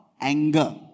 anger